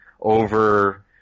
over